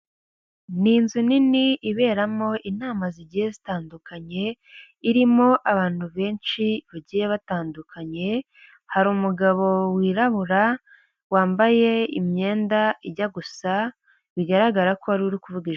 Ni inzu nini iberamo inama zigiye zitandukanye, irimo abantu benshi bagiye batandukanye, hari umugabo wirabura wambaye imyenda ijya gusa, bigaragara ko ari we uri kuvugi.....